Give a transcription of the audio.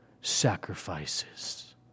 sacrifices